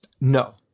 No